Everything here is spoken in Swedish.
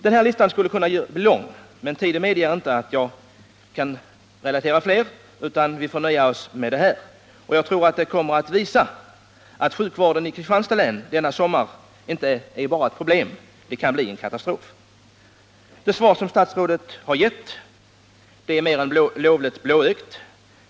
Den här listan skulle kunna göras lång, men tiden medger inte att jag relaterar fler exempel, utan vi får nöja oss med detta. Jag tror att det kommer att visa sig att sjukvården i Kristianstads län denna sommar inte bara är ett problem — den kan bli en katastrof. Det svar som statsrådet har lämnat är mer än lovligt blåögt.